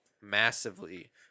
massively